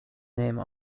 name